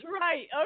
right